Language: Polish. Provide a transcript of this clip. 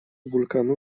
wulkanu